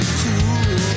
cool